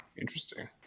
interesting